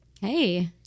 Hey